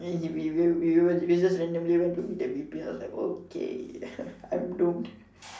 and he we will we will just randomly went to meet the V_P and I was like okay I'm doomed